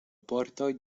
bordoj